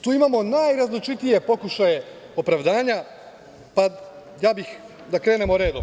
Tu imamo najrazličitije pokušaje opravdanja, pa bih krenuo redom.